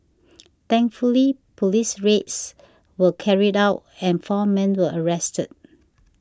thankfully police raids were carried out and four men were arrested